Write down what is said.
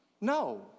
No